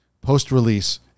Post-release